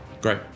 Great